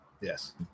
yes